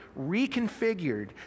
reconfigured